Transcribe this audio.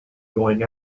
going